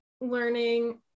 learning